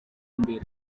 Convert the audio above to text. imbere